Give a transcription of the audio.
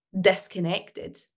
disconnected